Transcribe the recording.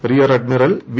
rear admiral V